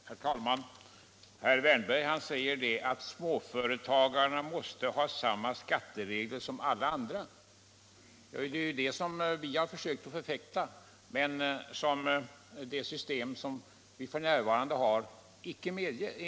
Herr talman! Herr Wärnberg säger att samma skatteregler måste gälla för småföretagarna som för alla andra. Ja, det är det som vi har försökt att förfäkta men som med det system som vi f.n. har inte medges.